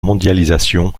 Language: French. mondialisation